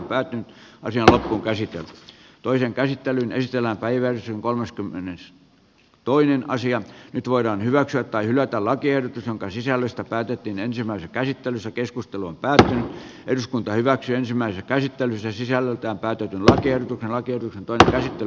räty ja uhkaisi työt toisen käsittelyn teemapäivän kolmaskymmenes p toinen asia nyt voidaan hyväksyä tai hylätä lakiehdotus jonka sisällöstä päätettiin ensimmäisen käyttönsä keskustelun päätä eduskunta hyväksyi ensimmäisen käsittelyn se sisältää päätyy tällä kertaa hakee ensimmäisessä käsittelyssä